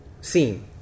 Seen